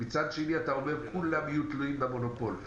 מצד שני אתה אומר: כולם יהיו תלויים במונופול,